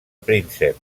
príncep